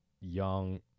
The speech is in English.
young